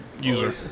user